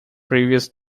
previous